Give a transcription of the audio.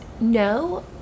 No